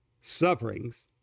sufferings